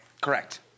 Correct